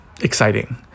exciting